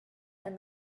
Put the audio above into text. and